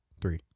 three